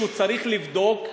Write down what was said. שצריך לבדוק,